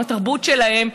עם התרבות שלהם,